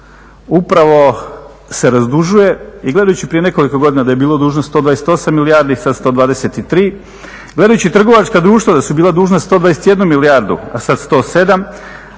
upravo se razdužuje i gledajući prije nekoliko godina da je bilo dužno 128 milijardi, sad 123, gledajući trgovačka društva da su bila dužna 121, a sad 107